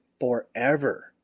forever